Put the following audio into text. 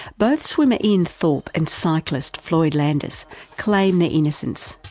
both swimmer ian thorpe and cyclist floyd landis claim their innocence.